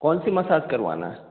कौन सी मसाज करवाना है